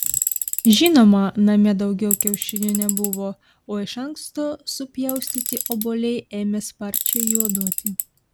žinoma namie daugiau kiaušinių nebuvo o iš anksto supjaustyti obuoliai ėmė sparčiai juoduoti